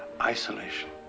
isolation